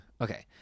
Okay